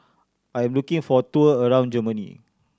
I am looking for a tour around Germany